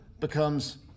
becomes